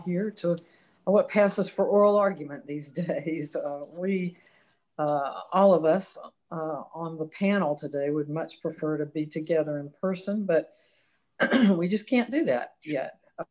here to what passes for oral argument these days we all of us on the panel today would much prefer to be together in person but we just can't do that yet